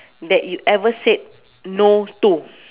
that you ever said no to